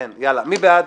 יאללה, מי בעד?